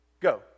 Go